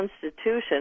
constitution